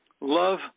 love